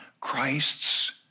Christ's